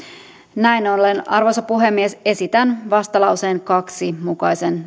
näin ollen arvoisa puhemies esitän vastalauseen kahden mukaisen